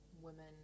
women